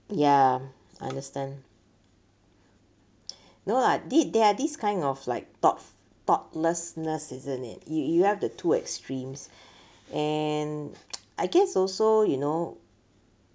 ya I understand no lah thi~ there are this kind of like thought thoughtlessness isn't it you you have the two extremes and I guess also you know